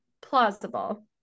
plausible